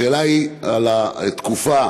השאלה היא על התקופה